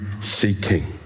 seeking